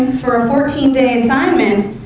for a fourteen day assignment,